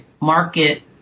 market